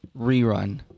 rerun